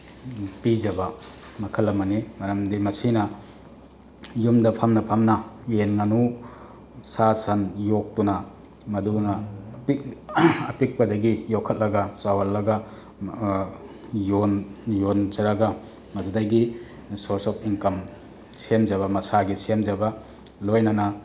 ꯄꯤꯖꯕ ꯃꯈꯜ ꯑꯃꯅꯤ ꯃꯔꯝꯗꯤ ꯃꯁꯤꯅ ꯌꯨꯝꯗ ꯐꯝꯅ ꯐꯝꯅ ꯌꯦꯟ ꯉꯥꯅꯨ ꯁꯥ ꯁꯟ ꯌꯣꯛꯇꯨꯅ ꯃꯗꯨꯅ ꯑꯄꯤꯛꯄꯗꯒꯤ ꯌꯣꯛꯈꯠꯂꯒ ꯆꯥꯎꯍꯜꯂꯒ ꯌꯣꯟꯖꯔꯒ ꯃꯗꯨꯗꯒꯤ ꯁꯣꯔꯁ ꯑꯣꯐ ꯏꯟꯀꯝ ꯁꯦꯝꯖꯕ ꯃꯁꯥꯒꯤ ꯁꯦꯝꯖꯕ ꯂꯣꯏꯅꯅ